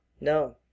No